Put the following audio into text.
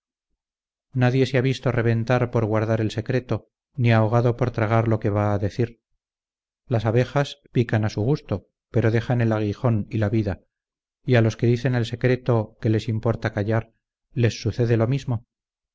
nadie se ha visto reventar por guardar el secreto ni ahogado por tragar lo que va a decir las abejas pican a su gusto pero dejan el aguijón y la vida y a los que dicen el secreto que les importa callar les sucede lo mismo